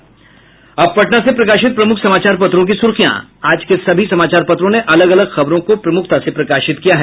अखबारों की सुर्खियां अब पटना से प्रकाशित प्रमुख समाचार पत्रों की सुर्खियां आज के सभी समाचार पत्रों ने अलग अलग खबरों को प्रमुखता से प्रकाशित किया है